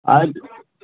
آز